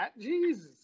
Jesus